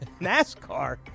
NASCAR